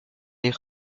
les